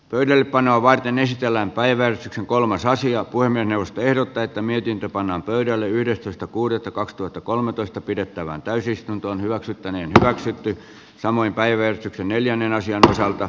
pöydällepanoa varten esitellään päivän kolmas asia voi mennä ehdottaa että mietintä pannaan pöydälle yhdestoista kuudetta kaksituhattakolmetoista pidettävään täysistunto hyväksyttäneen hyväksyttiin samoin päivän neljännen sijan sisältä